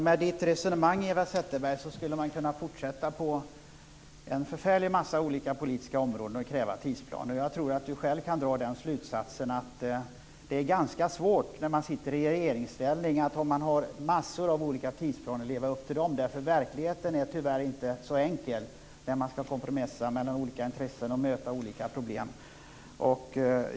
Herr talman! Med Eva Zetterbergs resonemang skulle man kunna kräva tidsplaner på en mängd olika politiska områden. Jag tror att Eva Zetterberg själv drar slutsatsen att det är ganska svårt att i regeringsställning leva upp till en mängd olika tidsplaner. Verkligheten är, tyvärr, inte så enkel när man skall kompromissa mellan olika intressen och möta olika problem.